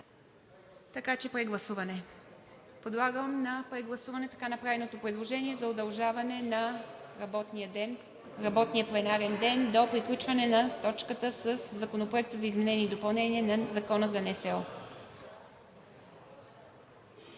Има кворум. Подлагам на прегласуване направеното предложение за удължаване на работния пленарен ден до приключване на точката със Законопроекта за изменение и допълнение на Закона за НСО.